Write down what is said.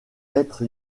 être